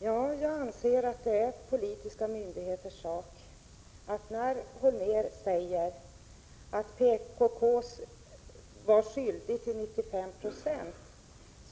Herr talman! Jag anser att när Holmér säger att han till 95 96 är säker på att medlemmar av PKK är skyldiga till mordet på Olof Palme